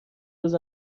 روز